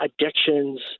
addictions